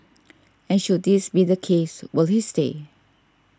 and should this be the case will they stay